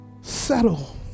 settle